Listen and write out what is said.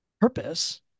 purpose